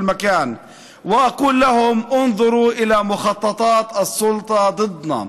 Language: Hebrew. מקום ולומר להם: ראו את תוכניות השלטון נגדנו,